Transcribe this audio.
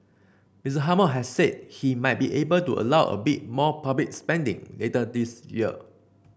Miss Hammond has said he might be able to allow a bit more public spending later this year